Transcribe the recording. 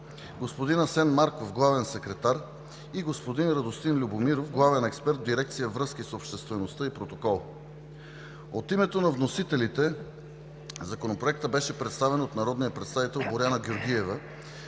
господин Асен Марков – главен секретар, и господин Радостин Любомиров – главен експерт в дирекция „Връзки с обществеността и протокол“. От името на вносителите Законопроектът беше представен от народния представител Боряна Георгиева,